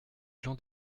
jean